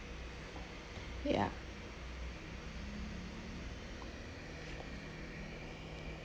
ya